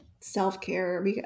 self-care